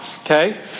okay